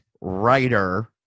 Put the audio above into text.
writer